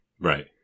Right